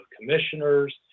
commissioners